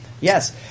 Yes